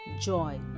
joy